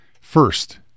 First